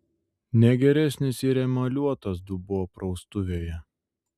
ne geresnis ir emaliuotas dubuo praustuvėje